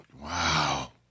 Wow